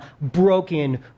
Broken